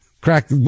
crack